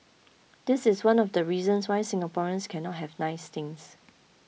this is one of the reasons why Singaporeans cannot have nice things